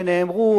שנאמרו,